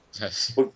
Yes